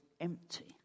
empty